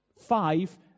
five